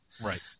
Right